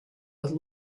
with